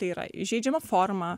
tai yra įžeidžiama forma